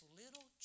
little